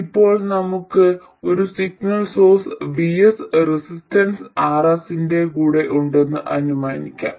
ഇപ്പോൾ നമുക്ക് ഒരു signal source VS resistance RS ന്റെ കൂടെ ഉണ്ടെന്ന് അനുമാനിക്കാം